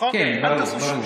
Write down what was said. כן, ברור.